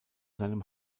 seinem